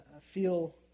feel